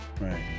right